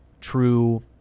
true